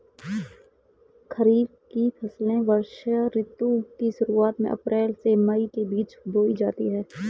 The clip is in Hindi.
खरीफ की फसलें वर्षा ऋतु की शुरुआत में अप्रैल से मई के बीच बोई जाती हैं